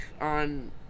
on